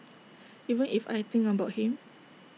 even if I think about him